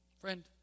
Friend